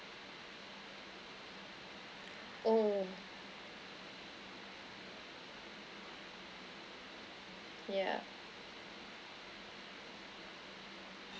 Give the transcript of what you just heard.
oh yeah